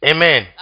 Amen